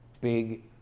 big